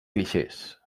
clixés